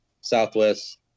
southwest